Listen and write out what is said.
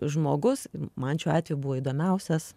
žmogus man šiuo atveju buvo įdomiausias